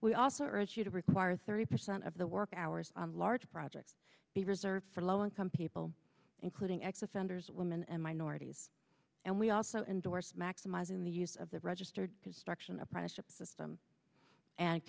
we also urge you to require thirty percent of the work hours large projects be reserved for low income people including ex offenders women and minorities and we also endorse maximizing the use of the registered because struction apprenticeship system and